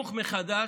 לחינוך מחדש,